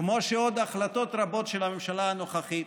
כמו עוד החלטות רבות של הממשלה הנוכחית.